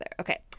Okay